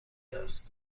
است